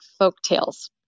folktales